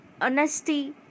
honesty